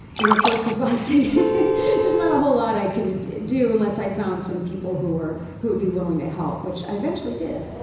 and of course with boxing there's not a whole lot i can do unless i found some people who were, who would be willing to help, which i eventually did.